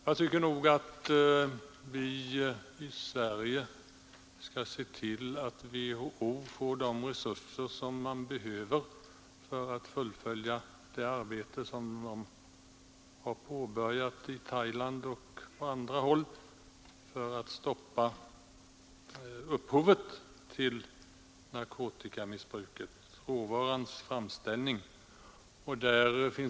Jag tycker — det har jag sagt förut — att vi i Sverige skall se till att WHO får de resurser som behövs för att fullfölja det arbete som påbörjats i Thailand och på annat håll för att stoppa upphovet till narkotikamissbruket, dvs. råvarans framställning.